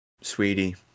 sweetie